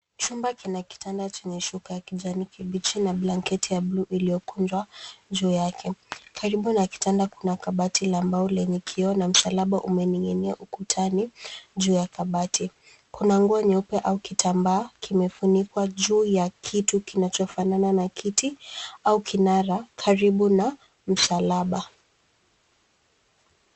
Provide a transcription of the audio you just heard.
Chumba kina kitanda chenye shuka ya kijani kibichi na blanketi ya bluu iliyokunjwa juu yake. Karibu na kitanda kuna kabati la mbao lenye kioo na msalaba umening'inia ukutani juu ya kabati. Kuna nguo nyeupe au kitambaa kimefunikwa juu ya kitu kinachofanana na kiti au kinara karibu na msalaba.